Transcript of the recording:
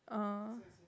(uh huh)